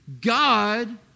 God